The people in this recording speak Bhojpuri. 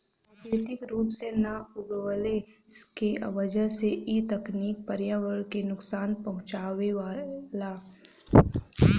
प्राकृतिक रूप से ना उगवले के वजह से इ तकनीकी पर्यावरण के नुकसान पहुँचावेला